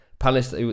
Palace